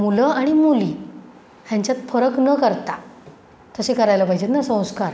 मुलं आणि मुली ह्यांच्यात फरक न करता तसे करायला पाहिजेत ना संस्कार